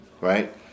right